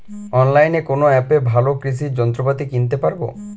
অনলাইনের কোন অ্যাপে ভালো কৃষির যন্ত্রপাতি কিনতে পারবো?